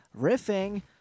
Riffing